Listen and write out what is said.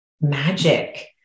magic